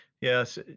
Yes